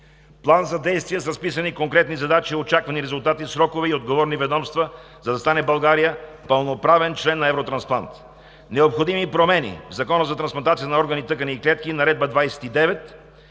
План за действие с разписани конкретни задачи, очаквани резултати, срокове и отговорни ведомства, за да стане България пълноправен член на Евротрансплант; - необходими промени в Закона за трансплантация на органи, тъкани и клетки и Наредба №